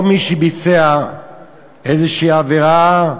מי שביצע איזושהי עבירה,